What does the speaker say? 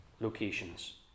locations